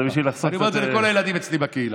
אני אומר את זה לכל הילדים אצלי בקהילה.